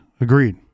Agreed